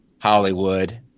Hollywood